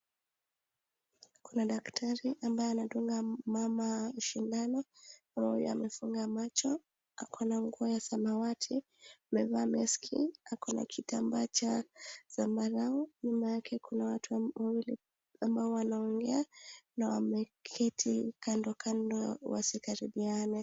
Kuna daktari ambaye anadunga mama sindano, mama huyu anafunga macho, ako na nguo ya samawati, amevaa meski ,ako na kitambaa cha zambarau, nyuma yake kuna watu wawili ambao wanaongea na wameketi kando kando wasikaribiane.